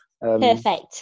perfect